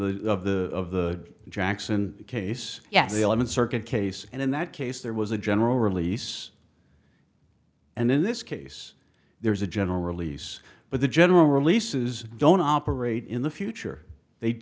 the of the of the jackson case yes the eleventh circuit case and in that case there was a general release and in this case there was a general release but the general releases don't operate in the future they